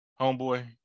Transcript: homeboy